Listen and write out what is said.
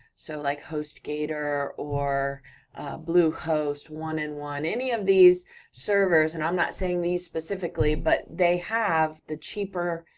so, like, hostgator, or bluehost, one and one, any of these servers, and i'm not saying these specifically, but they have the cheaper,